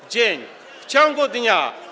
W dzień, w ciągu dnia.